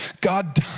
God